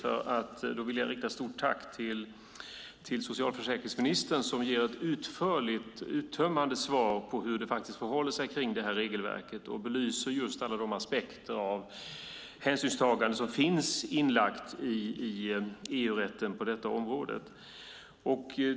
Jag vill rikta ett stort tack till socialförsäkringsministern som ger ett utförligt och uttömmande svar om hur det förhåller sig med regelverket och belyser alla de aspekter och hänsynstaganden som finns inlagt i EU-rätten på detta område.